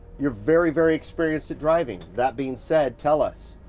you're very, very experienced at driving. that being said, tell us,